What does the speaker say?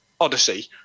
Odyssey